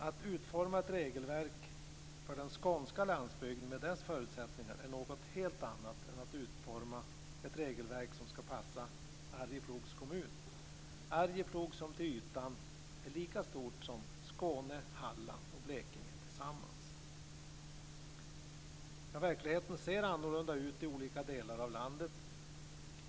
Att utforma ett regelverk för den skånska landsbygden med dess förutsättningar är något helt annat än att utforma ett regelverk som ska passa Arjeplogs kommun, som till ytan är lika stort som Skåne, Halland och Blekinge tillsammans. Verkligheten ser olika ut i olika delar av landet.